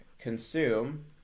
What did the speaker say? consume